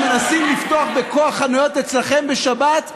שמנסים לפתוח בכוח חנויות אצלכם בשבת,